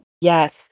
yes